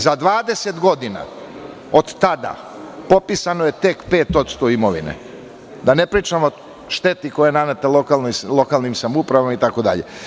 Za 20 godina od tada popisano je tek 5% imovine, da ne pričamo o šteti koja je naneta lokalnim samoupravama itd.